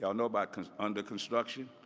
know know about under construction?